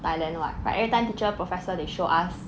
thailand what right every time teacher professor they show us